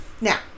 Now